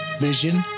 vision